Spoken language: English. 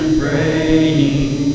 praying